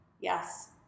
yes